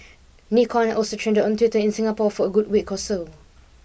Nikon also trended on Twitter in Singapore for a good week or so